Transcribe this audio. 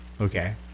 okay